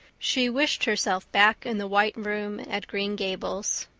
she wished herself back in the white room at green gables.